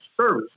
service